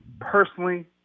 personally